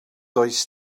does